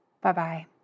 Bye-bye